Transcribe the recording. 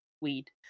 Weed